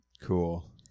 Cool